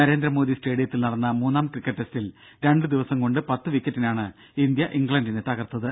നരേന്ദ്രമോദി സ്റ്റേഡിയത്തിൽ നടന്ന മൂന്നാം ക്രിക്കറ്റ് ടെസ്റ്റിൽ രണ്ടു ദിവസം കൊണ്ട് പത്തു വിക്കറ്റിനാണ് ഇന്ത്യ ഇംഗ്ലണ്ടിനെ തകർത്തത്